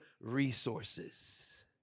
resources